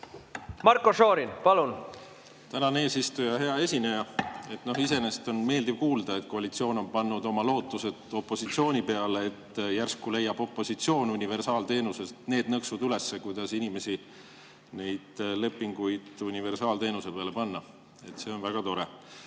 Marko Šorin, palun! Tänan, eesistuja! Hea esineja! Iseenesest on meeldiv kuulda, et koalitsioon on pannud oma lootused opositsiooni peale, et järsku leiab opositsioon universaalteenusest need nõksud üles, kuidas panna inimesi oma lepinguid universaalteenusele muutma. See on väga tore.